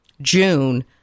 June